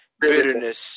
bitterness